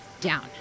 down